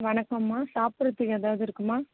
வணக்கம்மா சாப்பிடுறத்துக்கு ஏதாவது இருக்கும்மா